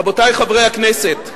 רבותי חברי הכנסת,